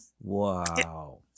Wow